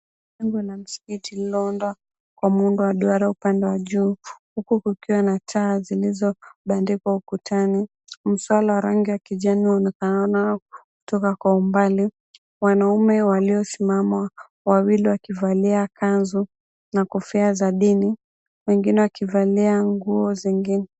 Jengo la msikiti lilioundwa kwa muundo wa duara upande wa juu huku kukiwa na taa zilizobandikwa ukutani, mswala wa rangi ya kijani uonekanao kutoka kwa umbali. Wanaume waliosimama wawili wakivalia kanzu na kofia za dini wengi wakivalia nguo zengine.